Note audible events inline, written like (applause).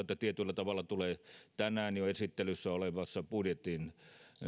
(unintelligible) että ensimmäinen tietyllä tavalla tulee jo tänään esittelyssä olevassa budjetin